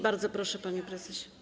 Bardzo proszę, panie prezesie.